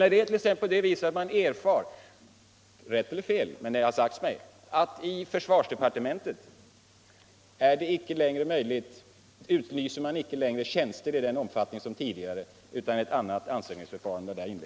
Är det t.ex. på det sättet — rätt eller fel, men det har sagts mig så — att man i försvarsdepartementet icke längre utlyser tjänster i den omfattning som tidigare utan har där inlett ett annat anställningsförfarande?